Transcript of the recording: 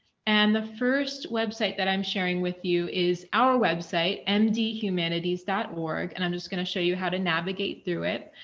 and the first website that i'm sharing with you is our website and mdhumanities dot org and i'm just going to show you how to navigate through it.